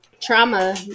trauma